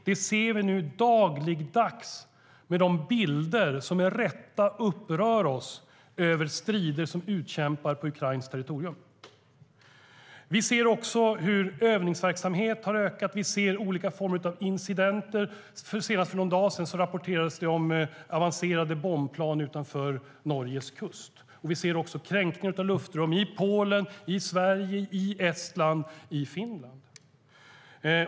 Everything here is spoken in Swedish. Det ser vi dagligdags med de bilder som med rätta upprör oss över strider som utkämpas på ukrainskt territorium. Vi ser också hur övningsverksamheten har ökat och olika former av incidenter. Senast för någon dag sedan rapporterades det om avancerade bombplan utanför Norges kust. Vi ser också kränkningar av luftrum i Polen, i Sverige, i Estland och i Finland.